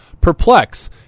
perplex